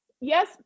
yes